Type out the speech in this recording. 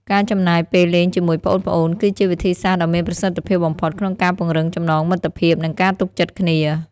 ការចំណាយពេលលេងជាមួយប្អូនៗ គឺជាវិធីដ៏មានប្រសិទ្ធភាពបំផុតក្នុងការពង្រឹងចំណងមិត្តភាព និងការទុកចិត្តគ្នា។